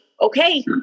Okay